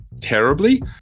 terribly